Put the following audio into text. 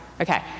Okay